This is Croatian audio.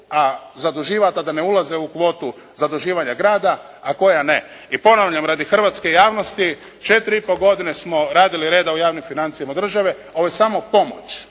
zaduživati, a da ne ulaze u kvotu zaduživanja grada a koja ne. I ponavljam radi hrvatske javnosti 4 i po godine smo radili reda u javnim financijama države. Ovo je samo pomoć.